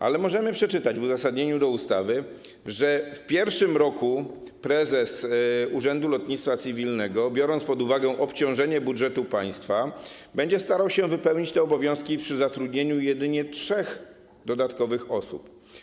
Ale możemy przeczytać w uzasadnieniu do ustawy, że w pierwszym roku prezes Urzędu Lotnictwa Cywilnego, biorąc pod uwagę obciążenie budżetu państwa, będzie starał się wypełnić te obowiązki przy zatrudnieniu jedynie trzech dodatkowych osób.